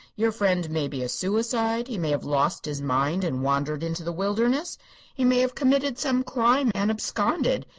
your friend may be a suicide he may have lost his mind and wandered into the wilderness he may have committed some crime and absconded.